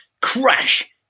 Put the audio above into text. crash